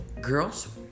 girls